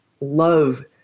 love